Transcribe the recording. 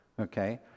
okay